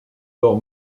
lors